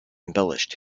embellished